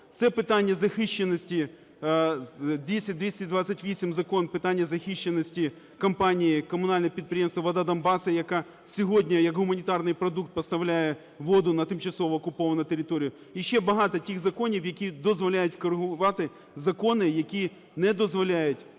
Це питання захищеності, 10228 Закон – питання захищеності компанії, комунального підприємства "Вода Донбасу", яка сьогодні як гуманітарний продукт поставляє воду на тимчасово окуповану територію. І ще багато тих законів, які дозволяють скорегувати закони, які не дозволяють зробити